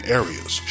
areas